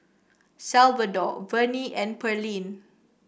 Salvador Vernie and Pearlene